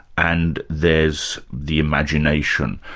and there's the imagination.